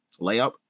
layup